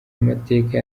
amateka